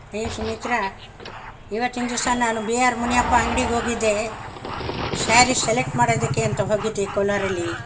ಹೇ ಸುಮಿತ್ರಾ ಇವತ್ತಿನ ದಿವಸ ನಾನು ಬಿ ಆರ್ ಮುನಿಯಪ್ಪ ಅಂಗಡಿ ಹೋಗಿದ್ದೆ ಸ್ಯಾರಿ ಸೆಲೆಕ್ಟ್ ಮಾಡೋದಕ್ಕೆ ಅಂತ ಹೋಗಿದ್ದೆ ಕೋಲಾರಲ್ಲಿ